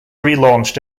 relaunched